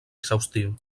exhaustiu